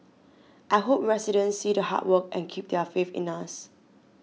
I hope residents see the hard work and keep their faith in us